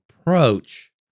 approach